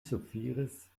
suferis